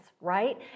right